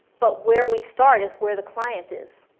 but where we start is where the client is